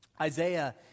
Isaiah